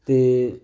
ਅਤੇ